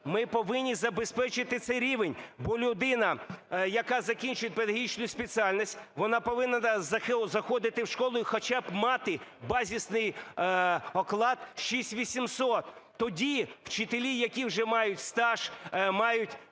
ми повинні забезпечити цей рівень, бо людина, яка закінчить педагогічну спеціальність, вона повинна заходити в школу і хоча б мати базисний оклад 6800. Тоді вчителі, які вже мають стаж, мають